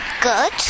good